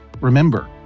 Remember